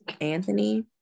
anthony